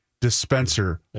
dispenser